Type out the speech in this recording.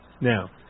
Now